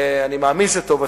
אני מאמין שטוב עשיתי,